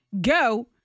Go